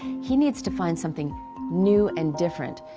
he needs to find something new and different.